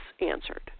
answered